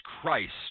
Christ